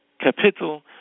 capital